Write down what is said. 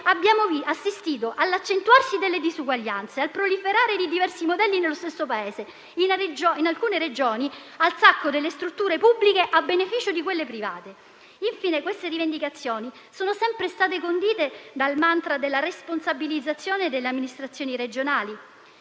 abbiamo assistito all'accentuarsi delle disuguaglianze, al proliferare di diversi modelli nello stesso Paese, in alcune Regioni al sacco delle strutture pubbliche a beneficio di quelle private. Infine, queste rivendicazioni sono sempre state condite dal *mantra* della responsabilizzazione delle amministrazioni regionali.